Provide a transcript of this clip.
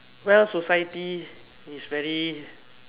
well society is very